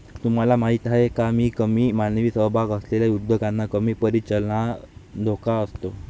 तुम्हाला माहीत आहे का की कमी मानवी सहभाग असलेल्या उद्योगांना कमी परिचालन धोका असतो?